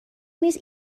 نیست